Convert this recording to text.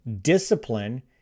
discipline